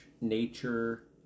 nature